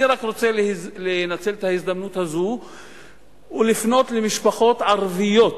אני רק רוצה לנצל את ההזדמנות הזאת ולפנות למשפחות ערביות